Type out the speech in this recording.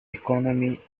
economy